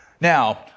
Now